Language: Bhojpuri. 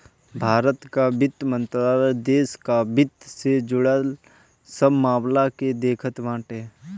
भारत कअ वित्त मंत्रालय देस कअ वित्त से जुड़ल सब मामल के देखत बाटे